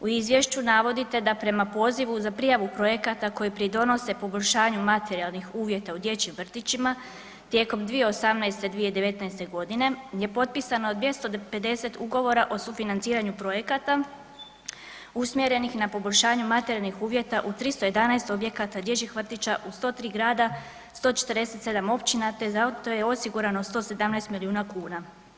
U izvješću navodite da prema pozivu za prijavu projekata koji pridonose poboljšanju materijalnih uvjeta u dječjim vrtićima tijekom 2018. i 2019.g. je potpisano 250 Ugovora o sufinanciranju projekata usmjerenih na poboljšanju materijalnih uvjeta u 311 objekata dječjih vrtića u 103 grada, 147 općina, te za to je osigurano 117 milijuna kuna.